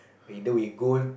either we go